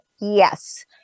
yes